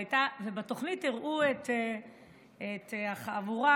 ובתוכנית הראו את החבורה,